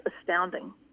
astounding